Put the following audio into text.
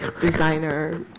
designer